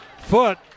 foot